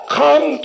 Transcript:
come